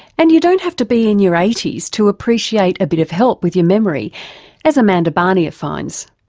and you don't have to be in your eighty s to appreciate a bit of help with your memory as amanda barnier finds.